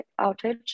outage